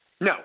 No